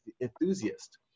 enthusiast